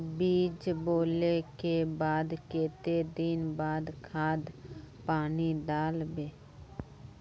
बीज बोले के बाद केते दिन बाद खाद पानी दाल वे?